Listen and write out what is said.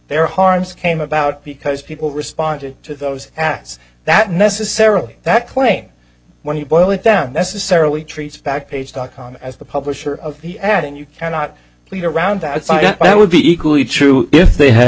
there harms came about because people responded to those acts that necessarily that claim when you boil it down necessarily treats back page dot com as the publisher of the ad and you cannot lead around that site that would be equally true if they had